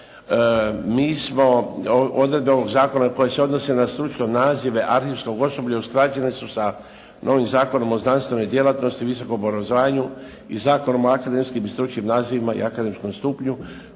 mi smo odredbe ovog zakona koje se odnose na stručne nazive arhivskog osoblja usklađene su sa novim Zakonom o znanstvenoj djelatnosti, visokom obrazovanju i Zakonom o akademskim i stručnim nazivima i akademskom stupnju